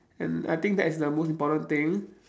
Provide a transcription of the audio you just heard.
and I think that is the most important thing